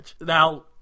Now